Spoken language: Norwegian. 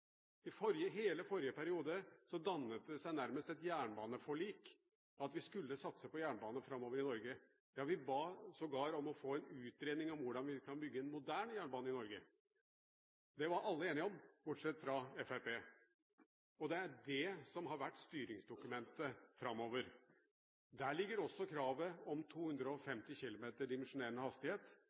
hele forrige periode dannet det seg nærmest et jernbaneforlik, at vi skulle satse på jernbane i Norge framover. Vi ba sågar om å få en utredning om hvordan vi kan bygge en moderne jernbane i Norge. Det var alle enige om, bortsett fra Fremskrittspartiet. Det er dette som er styringsdokumentet framover. Der ligger også kravet om 250 km dimensjonerende hastighet,